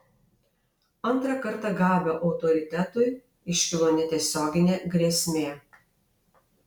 antrą kartą gabio autoritetui iškilo netiesioginė grėsmė